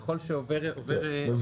ככל שעובר הזמן, התמריץ גדל.